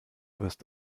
wirst